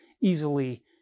easily